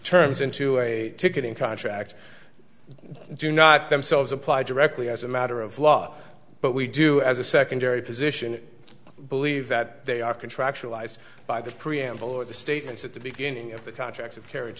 terms into a ticketing contract do not themselves apply directly as a matter of law but we do as a secondary position believe that they are contractual ised by the preamble or the statements at the beginning of the contract of carriage